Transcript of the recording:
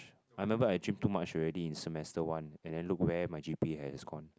I remember I gym too much already in semester one and then look where my G_P_A has gone